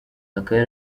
akaba